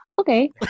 Okay